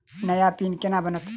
नया पिन केना बनत?